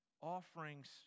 offerings